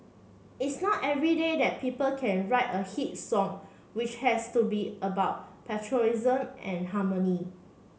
it's not every day that people can write a hit song which has to be about patriotism and harmony